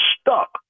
stuck